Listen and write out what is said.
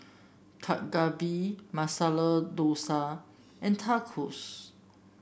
Dak Galbi Masala Dosa and Tacos